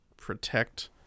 protect